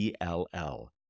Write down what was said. ELL